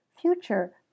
Future